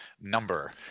number